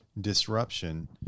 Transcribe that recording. disruption